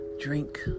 drink